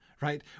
right